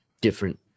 different